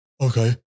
okay